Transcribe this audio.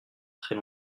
très